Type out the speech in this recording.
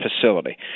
facility